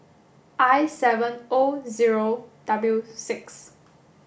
I seven O zero W six